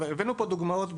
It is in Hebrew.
הבאנו פה דוגמאות,